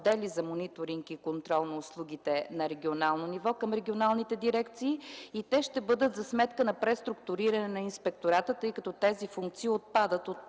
за мониторинг и контрол на услугите на регионално ниво към регионалните дирекции. Те ще бъдат за сметка на преструктуриране на Инспектората, тъй като тези функции отпадат от